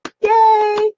yay